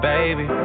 Baby